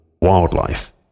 wildlife